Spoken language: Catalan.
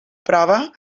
prova